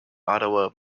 ottawa